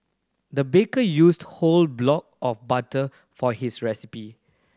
the baker used the whole block of butter for this recipe